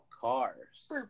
cars